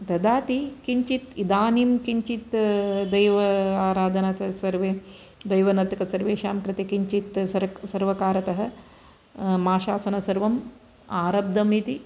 ददाति किञ्चित् इदानीं किञ्चित् दैव आराधन तत् सर्वे दैवनर्तक सर्वेषां कृते किञ्चित् सर्वकारतः माशासन सर्वं आरब्धमिति